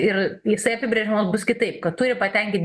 ir jisai apibrėžiamas bus kitaip kad turi patenkint